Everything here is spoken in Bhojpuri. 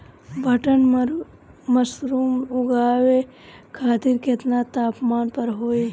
बटन मशरूम उगावे खातिर केतना तापमान पर होई?